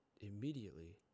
immediately